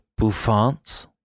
bouffants